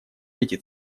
эти